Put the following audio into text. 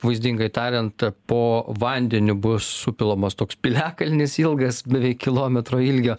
vaizdingai tariant po vandeniu bus supilamas toks piliakalnis ilgas beveik kilometro ilgio